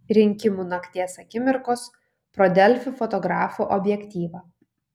rinkimų nakties akimirkos pro delfi fotografų objektyvą